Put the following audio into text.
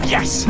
Yes